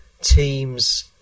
teams